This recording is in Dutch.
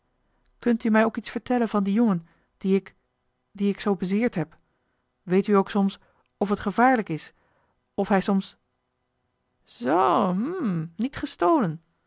kunt u mij ook iets vertellen van dien jongen dien ik dien ik zoo bezeerd heb weet u ook soms of het gevaarlijk is of hij soms zoo hm niet gestolen